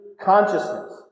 consciousness